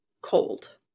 cold